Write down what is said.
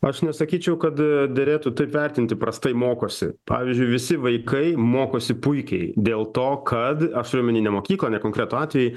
aš nesakyčiau kad derėtų taip vertinti prastai mokosi pavyzdžiui visi vaikai mokosi puikiai dėl to kad aš turiu omeny ne mokyklą ne konkretų atvejį